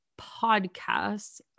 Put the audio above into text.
podcasts